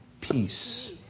peace